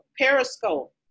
Periscope